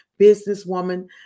businesswoman